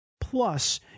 plus